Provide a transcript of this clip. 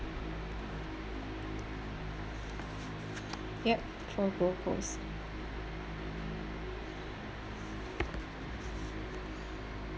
yup for gold coast